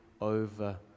over